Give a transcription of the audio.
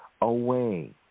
away